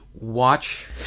watch